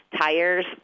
tires